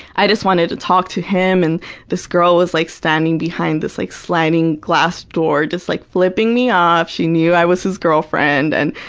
i just wanted to talk to him and this girl was, like, standing behind this like sliding glass door just, like, flipping me off, she knew i was his girlfriend and,